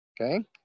okay